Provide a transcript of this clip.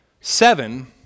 seven